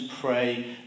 pray